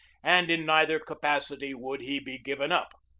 and in neither capacity would he be given up.